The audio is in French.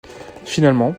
finalement